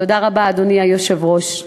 תודה רבה, אדוני היושב-ראש.